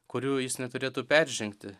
kurių jis neturėtų peržengti